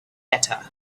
better